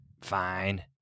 Fine